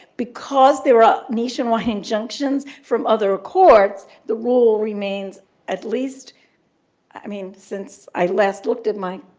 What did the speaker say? because there are nationwide injunctions from other courts, the rule remains at least i mean, since i last looked at my